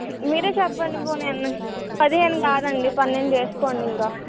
మీరే చెప్పండి పోనీను పదిహేను కాదండి పనేండు చేసుకోండి ఇంకా